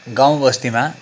गाँउ बस्तीमा